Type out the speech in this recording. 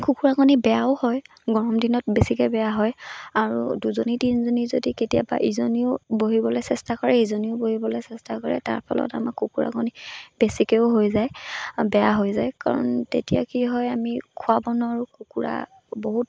কুকুৰা কণী বেয়াও হয় গৰম দিনত বেছিকৈ বেয়া হয় আৰু দুজনী তিনিজনী যদি কেতিয়াবা ইজনীও বহিবলৈ চেষ্টা কৰে ইজনীও বহিবলৈ চেষ্টা কৰে তাৰ ফলত আমাৰ কুকুৰাকণী বেছিকৈও হৈ যায় বেয়া হৈ যায় কাৰণ তেতিয়া কি হয় আমি খোৱাব নোৱাৰোঁ কুকুৰা বহুত